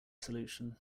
solution